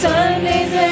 Sunday's